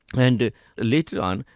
and later on,